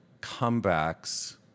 comebacks